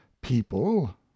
people